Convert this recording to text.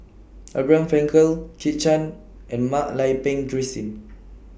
Abraham Frankel Kit Chan and Mak Lai Peng Christine